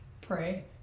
Pray